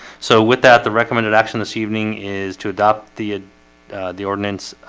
so with that the recommended action this evening is to adopt the the ordinance